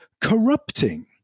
corrupting